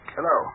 Hello